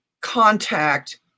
contact